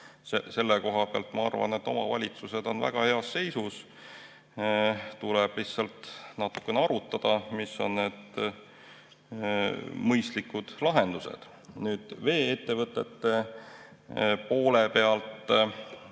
Selle koha pealt, ma arvan, on omavalitsused väga heas seisus. Tuleb lihtsalt natukene arutada, mis on mõistlikud lahendused. Nüüd vee-ettevõtete poole pealt.